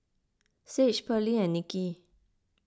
Sage Pearline and Niki